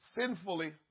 sinfully